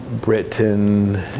Britain